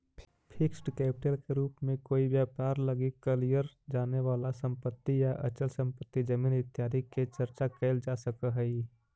fixed capital के रूप में कोई व्यापार लगी कलियर जाने वाला संपत्ति या अचल संपत्ति जमीन इत्यादि के चर्चा कैल जा सकऽ हई